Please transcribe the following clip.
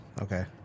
okay